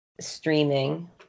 streaming